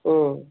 ಹ್ಞೂ